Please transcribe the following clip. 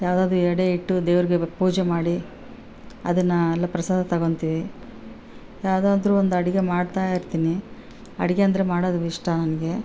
ಯಾವ್ದಾದರು ಎಡೆ ಇಟ್ಟು ದೇವ್ರಿಗೆ ಪೂಜೆ ಮಾಡಿ ಅದನ್ನು ಅಲ್ಲಿ ಪ್ರಸಾದ ತೊಗೊಳ್ತೀವಿ ಯಾವ್ದಾದರು ಒಂದು ಅಡುಗೆ ಮಾಡ್ತಾ ಇರ್ತೀನಿ ಅಡುಗೆ ಅಂದರೆ ಮಾಡೋದು ಇಷ್ಟ ನನಗೆ